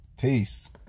Peace